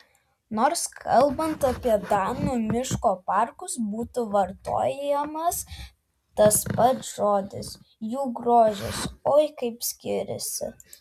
nors kalbant apie danų miško parkus būtų vartojamas tas pats žodis jų grožis oi kaip skiriasi